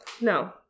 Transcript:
no